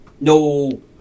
No